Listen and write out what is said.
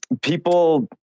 people